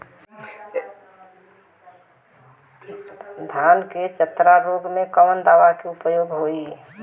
धान के चतरा रोग में कवन दवा के प्रयोग होई?